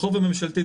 החוב הממשלתי,